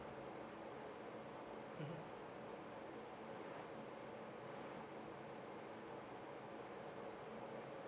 mmhmm